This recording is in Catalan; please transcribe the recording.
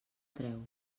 treu